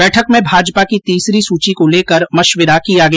बैठक में भाजपा की तीसरी सुची को लेकर मशविरा किया गया